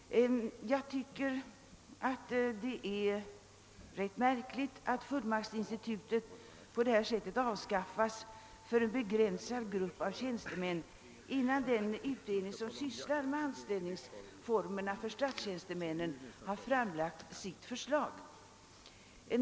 Jag tycker att det är rätt märkligt att fullmaktsinstitutet avskaffas på detta sätt för en begränsad grupp av tjänstemän innan den utredning som sysslar med anställningsformerna för tjänstemännen har framlagt sitt förslag.